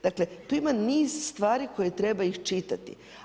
Dakle, tu ima niz stvari koje treba iščitati.